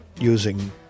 using